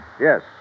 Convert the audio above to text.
Yes